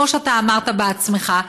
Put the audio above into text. כמו שאמרת בעצמך,